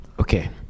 Okay